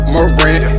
Moran